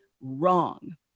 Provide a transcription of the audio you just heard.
wrong